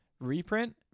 reprint